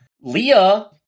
Leah